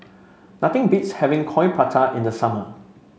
nothing beats having Coin Prata in the summer